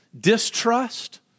distrust